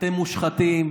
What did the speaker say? אתם מושחתים.